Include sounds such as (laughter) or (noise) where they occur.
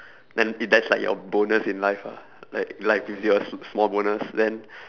(breath) then if that's like your bonus in life ah like life gives you a small bonus then